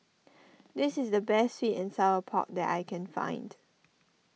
this is the best Sweet and Sour Pork that I can find